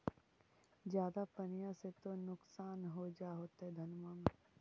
ज्यादा पनिया से तो नुक्सान हो जा होतो धनमा में?